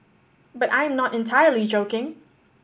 but I am not entirely joking